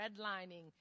redlining